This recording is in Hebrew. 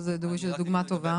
שהיא דוגמה טובה.